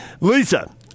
Lisa